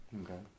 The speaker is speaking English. Okay